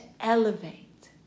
elevate